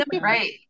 Right